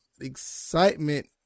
excitement